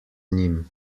njim